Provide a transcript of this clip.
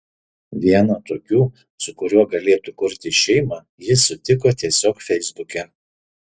vieną tokių su kuriuo galėtų kurti šeimą ji sutiko tiesiog feisbuke